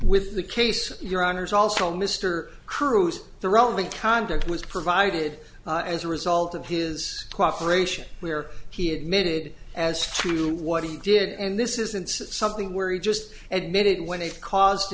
with the case your honour's also mr cruz the roman conduct was provided as a result of his cooperation where he admitted as to what he did and this isn't something where he just admit it when they caused